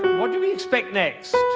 what do we expect next?